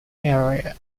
area